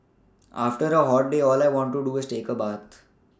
after a hot day all I want to do is take a but